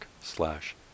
slash